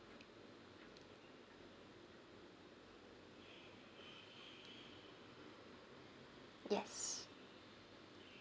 yes